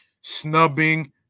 snubbing